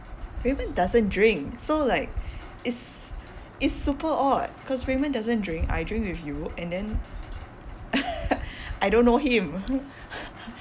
raymond doesn't drink so like it's it's super odd cause raymond doesn't drink I drink with you and then I don't know him